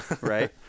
Right